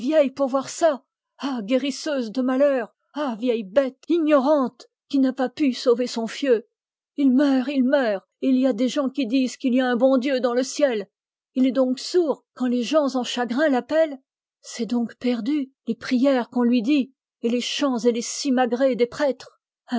pour voir ça ah guérisseuse de malheur ah vieille bête ignorante qui n'a pas su sauver son fieu il meurt il meurt et il y a des gens qui disent qu'il y a un bon dieu dans le ciel il est donc sourd quand les gens en chagrin l'appellent c'est donc perdu les prières qu'on lui dit et les chants et les simagrées des prêtres